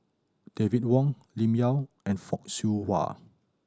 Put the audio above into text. David Wong Lim Yau and Fock Siew Wah